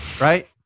Right